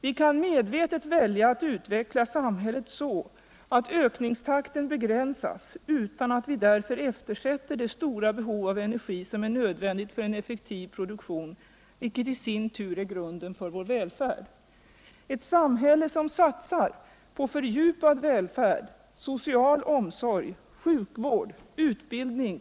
Vi kan medvetet välja att utveckla samhället så att ökningstakten begränsas utan att vi därför eftersätter det stora behov av energi som är nödvändigt för en effektiv produktion, vilket i sin tur är grunden för vår välfärd. Ett samhälle som satsar på fördjupad välfärd, social omsorg, sjukvård. utbildning.